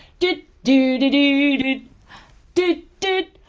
do do do do do do do!